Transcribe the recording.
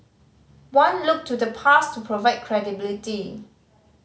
one looked to the past to provide credibility